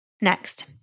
Next